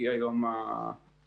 כי היום ההיקף